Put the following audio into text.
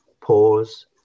Pause